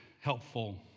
helpful